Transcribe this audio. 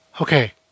Okay